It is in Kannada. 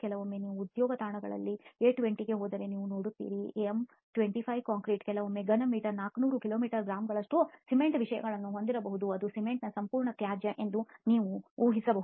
ಕೆಲವೊಮ್ಮೆ ನೀವು ಉದ್ಯೋಗ ತಾಣಗಳಾದ ಎಂ 20 ಗೆ ಹೋದರೆ ನೀವು ನೋಡುತ್ತೀರಿ ಎಂ 25 ಕಾಂಕ್ರೀಟ್ ಕೆಲವೊಮ್ಮೆ ಘನ ಮೀಟರ್ಗೆ 400 ಕಿಲೋ ಗ್ರಾಂಗಳಷ್ಟು ಸಿಮೆಂಟ್ ವಿಷಯಗಳನ್ನು ಹೊಂದಿರಬಹುದು ಅದು ಸಿಮೆಂಟ್ನ ಸಂಪೂರ್ಣ ತ್ಯಾಜ್ಯ ಎಂದು ನೀವು ಉಹಿಸಬಹುದು